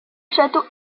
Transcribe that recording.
château